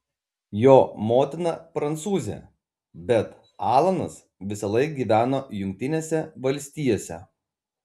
jo motina prancūzė bet alanas visąlaik gyveno jungtinėse valstijose